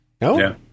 No